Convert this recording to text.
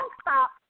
stop